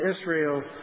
Israel